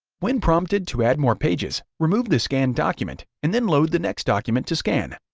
when prompted to add more pages, remove the scanned document, and then load the next document to scan.